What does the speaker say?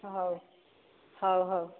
ହେଉ ହେଉ ହେଉ